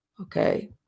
Okay